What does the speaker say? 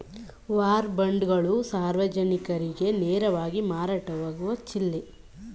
war ಬಾಂಡ್ಗಳು ಸಾರ್ವಜನಿಕರಿಗೆ ನೇರವಾಗಿ ಮಾರಾಟವಾಗುವ ಚಿಲ್ಲ್ರೆ ಬಾಂಡ್ಗಳು ವ್ಯಾಪಾರ ಮಾಡುವ ಸಗಟು ಬಾಂಡ್ಗಳಾಗಿವೆ